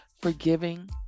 Forgiving